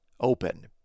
open